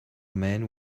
man